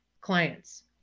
clients